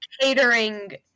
catering